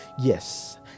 Yes